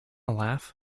laugh